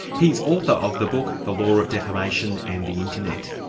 he's author of the book, the law of defamation and the internet.